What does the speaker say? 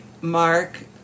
Mark